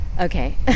Okay